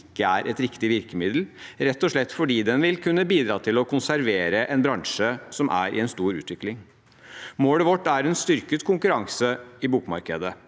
ikke er et riktig virkemiddel, rett og slett fordi den vil kunne bidra til å konservere en bransje som er i en stor utvikling. Målet vårt er en styrket konkurranse i bokmarkedet.